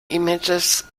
images